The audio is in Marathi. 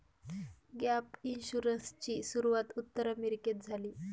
गॅप इन्शुरन्सची सुरूवात उत्तर अमेरिकेत झाली